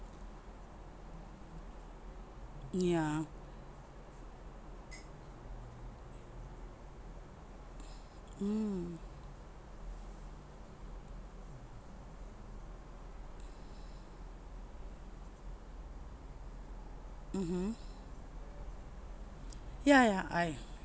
yeah mm mmhmm yeah yeah I